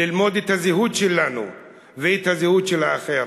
ללמוד את הזהות שלנו ואת הזהות של האחר.